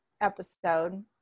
episode